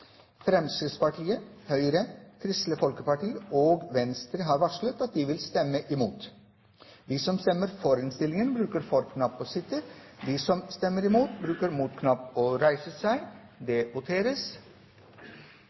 Fremskrittspartiet, Høyre, Kristelig Folkeparti og Venstre har varslet at de vil stemme imot innstillingen. Fremskrittspartiet, Høyre, Kristelig Folkeparti og Venstre har varslet at de vil stemme imot. Fremskrittspartiet har varslet at de vil stemme imot.